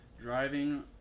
driving